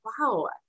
wow